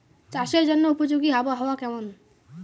চাষের জন্য উপযোগী আবহাওয়া কেমন?